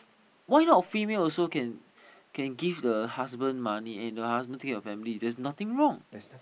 why not female also can can give the husband money and the husband take care of family there's nothing wrong